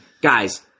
guys